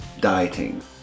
dieting